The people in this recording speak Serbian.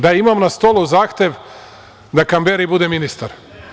Da, imam na stolu zahtev da Kamberi bude ministar.